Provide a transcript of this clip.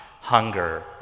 hunger